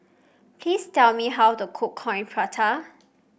please tell me how to cook Coin Prata